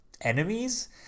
enemies